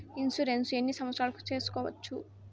Insurance ఎన్ని సంవత్సరాలకు సేసుకోవచ్చు?